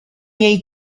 něj